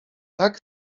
tak